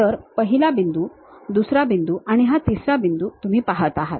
तर पहिला बिंदू दुसरा बिंदू आणि हा तिसरा बिंदू तुम्ही पाहत आहात